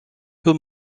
peu